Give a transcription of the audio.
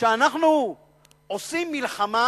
שאנחנו עושים מלחמה